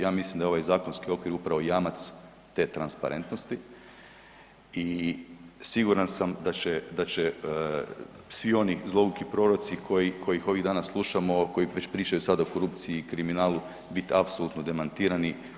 Ja mislim da je ovaj zakonski okvir upravo jamac te transparentnosti i siguran sam da će, da će svi oni zlouki proroci koji, kojih ovih dana slušamo, a koji već pričaju sada o korupciji i kriminalu biti apsolutno demantirani.